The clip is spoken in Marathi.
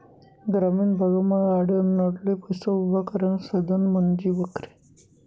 ग्रामीण भागमा आडनडले पैसा उभा करानं साधन म्हंजी बकरी